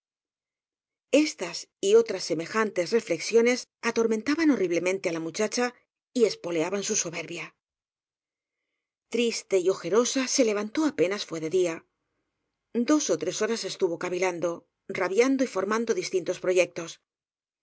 estas y otras semejantes reflexiones atormenta ban horriblemente á la muchacha y espoleaban su soberbia triste y ojerosa se levantó apenas fué de día dos ó tres horas estuvo cavilando rabiando y formando distintos proyectos